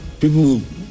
people